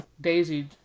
Daisy